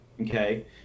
okay